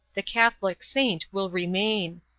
the catholic saint will remain.